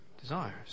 desires